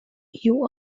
you